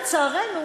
לצערנו,